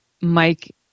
Mike